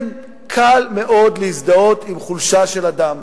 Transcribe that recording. כן, קל מאוד להזדהות עם חולשה של אדם,